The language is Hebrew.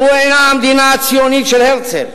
זאת אינה המדינה הציונית של הרצל,